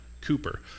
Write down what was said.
Cooper